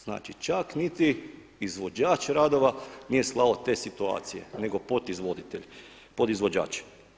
Znači čak niti izvođač radova nije slao te situacije nego pod izvoditelj, podizvođač.